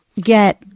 get